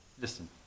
listen